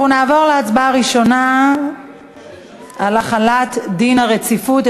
אנחנו נעבור להצבעה ראשונה על החלת דין הרציפות.